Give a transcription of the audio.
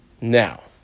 Now